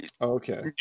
Okay